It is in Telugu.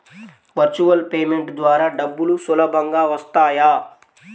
వర్చువల్ పేమెంట్ ద్వారా డబ్బులు సులభంగా వస్తాయా?